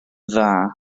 dda